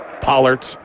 Pollard